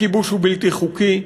הכיבוש הוא בלתי חוקי,